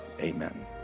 Amen